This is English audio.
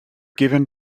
given